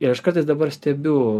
ir aš kartais dabar stebiu